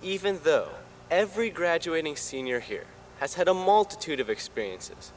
even though every graduating senior here has had a multitude of experiences